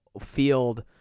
field